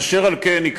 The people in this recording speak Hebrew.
אשר על כן,